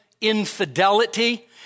infidelity